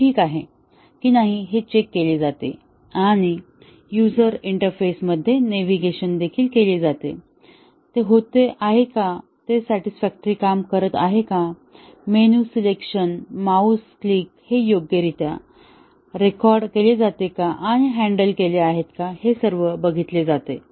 ते ठीक आहेत की नाही हे चेक केले जाते आणि युझर इंटरफेसमध्ये नेव्हिगेशन देखील केले जाते ते होत आहे का ते सॅटिसफॅक्टरीली काम करत आहे का मेनू सिलेक्शन माउस क्लिक हे योग्यरित्या रेकॉर्ड केले जाते का आणि हॅन्डल केले आहेत का हे सर्व बघितले जाते